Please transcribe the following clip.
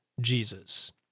Jesus